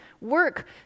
work